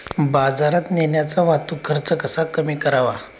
बाजारात नेण्याचा वाहतूक खर्च कसा कमी करावा?